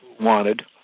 wanted